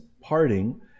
parting